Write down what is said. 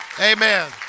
amen